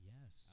Yes